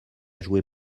joué